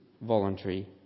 voluntary